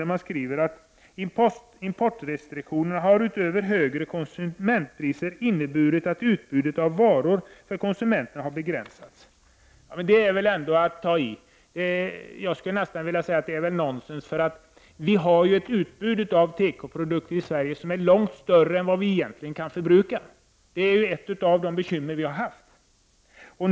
Där skriver man: ”Importrestriktionerna har utöver högre konsumentpriser inneburit att utbudet av varor för konsumenterna har begränsats.” Det är väl ändå att ta i. Jag skulle nästan vilja säga att det är nonsens. Vi har ett utbud av tekoprodukter i Sverige som är långt större än vi egentligen kan förbruka. Det är ett av de bekymmer vi har haft.